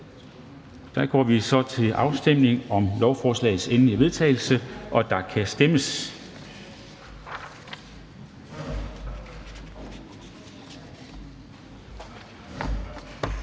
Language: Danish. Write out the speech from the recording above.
Der stemmes om forslagets endelige vedtagelse, og der kan stemmes.